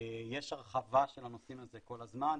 יש הרחבה של הנושא הזה כל הזמן.